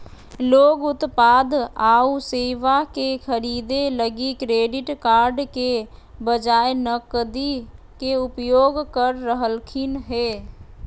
लोग उत्पाद आऊ सेवा के खरीदे लगी क्रेडिट कार्ड के बजाए नकदी के उपयोग कर रहलखिन हें